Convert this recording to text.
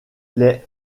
les